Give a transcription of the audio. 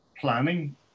planning